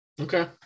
Okay